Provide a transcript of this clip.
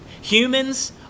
Humans